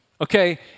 Okay